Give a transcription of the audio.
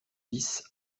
dix